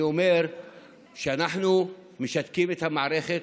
אני אומר שאנחנו משתקים את המערכת,